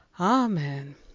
Amen